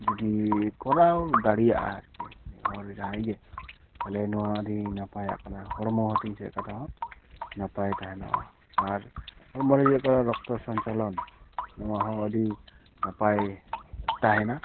ᱡᱩᱫᱤ ᱠᱚᱨᱟᱣ ᱫᱟᱲᱮᱭᱟᱜᱼᱟ ᱟᱨᱠᱤ ᱢᱤᱫ ᱦᱚᱲ ᱡᱟᱦᱟᱸᱭ ᱜᱮ ᱛᱟᱦᱚᱞᱮ ᱱᱚᱣᱟ ᱟᱹᱰᱤ ᱱᱟᱯᱟᱭᱟᱜ ᱠᱟᱱᱟ ᱦᱚᱲᱢᱚ ᱦᱟᱹᱴᱤᱧ ᱥᱮᱫ ᱞᱮᱠᱟᱛᱮᱫ ᱦᱚᱸ ᱱᱟᱯᱟᱭ ᱛᱟᱦᱮᱱᱚᱜᱼᱟ ᱟᱨ ᱦᱚᱲᱢᱚ ᱨᱮ ᱡᱮ ᱦᱩᱭᱩᱜ ᱠᱟᱱᱟ ᱨᱚᱠᱛᱚ ᱥᱚᱧᱪᱟᱞᱚᱱ ᱱᱚᱣᱟ ᱦᱚᱸ ᱟᱹᱰᱤ ᱱᱟᱯᱟᱭ ᱛᱟᱦᱮᱱᱟ